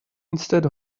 instead